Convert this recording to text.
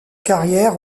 carrière